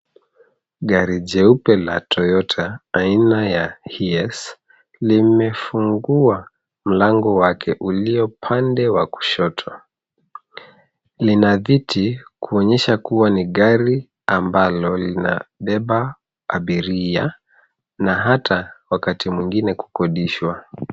Gari jeupe la Toyota aina ya, Hiace, limefungua mlango wake ulio pande wa kushoto. Lina viti kuonyesha kuwa ni gari ambalo linabeba abiria na hara kukodishwa.